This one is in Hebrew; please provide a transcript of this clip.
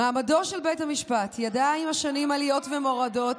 "מעמדו של בית המשפט ידע עם השנים עליות ומורדות,